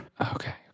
Okay